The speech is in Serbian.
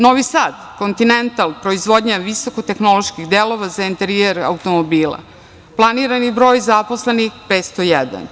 Novi Sad, „Kontinental“ proizvodnja visoko-tehnoloških delova za enterijer automobila, planirani broj zaposlenih 501.